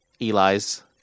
Eli's